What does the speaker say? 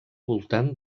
voltant